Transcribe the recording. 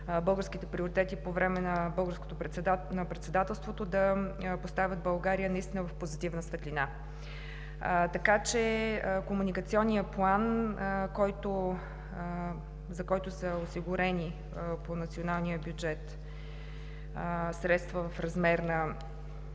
българските приоритети по време на председателството, да поставят наистина България в позитивна светлина. Така че комуникационният план, за който са осигурени по националния бюджет средства в размер на